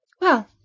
Well